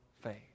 faith